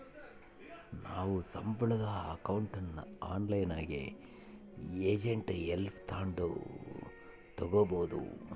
ನಾವು ಸಂಬುಳುದ್ ಅಕೌಂಟ್ನ ಆನ್ಲೈನ್ನಾಗೆ ಏಜೆಂಟ್ ಹೆಲ್ಪ್ ತಾಂಡು ತಗೀಬೋದು